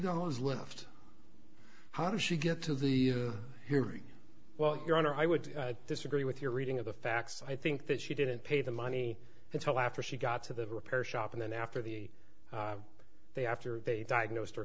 dollars left how did she get to the hearing well your honor i would disagree with your reading of the facts i think that she didn't pay the money until after she got to the repair shop and then after the they after they diagnosed